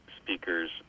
speakers